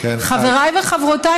חבריי וחברותיי,